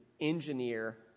engineer